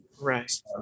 right